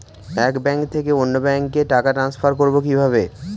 এক ব্যাংক থেকে অন্য ব্যাংকে টাকা ট্রান্সফার করবো কিভাবে?